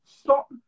Stop